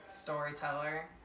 storyteller